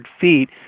feet